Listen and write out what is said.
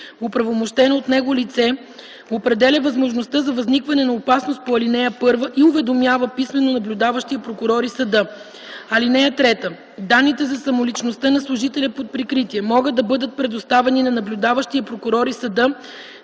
оправомощено от него лице определя възможността за възникване на опасност по ал. 1 и уведомява писмено наблюдаващия прокурор и съда. (3) Данните за самоличността на служителя под прикритие могат да бъдат предоставени на наблюдаващия прокурор и съда